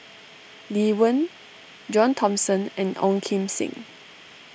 Lee Wen John Thomson and Ong Kim Seng